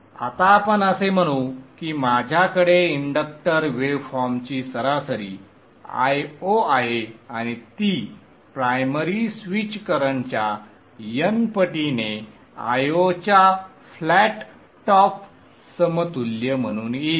आता आपण असे म्हणू की माझ्याकडे इंडक्टर वेव फॉर्मची सरासरी Io आहे आणि ती प्रायमरी स्विच करंटच्या n पटीने Io च्या फ्लॅट टॉप समतुल्य म्हणून येईल